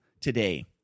today